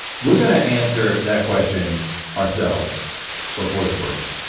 we're gonna answer that question ourselves before the break.